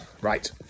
Right